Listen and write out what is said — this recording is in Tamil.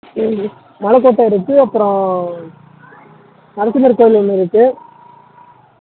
மலைகோட்ட இருக்கு அப்புறம் நரசிம்மர் கோவில் ஒன்று இருக்கு